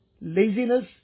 laziness